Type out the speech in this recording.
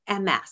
MS